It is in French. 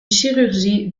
chirurgie